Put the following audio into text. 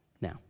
Now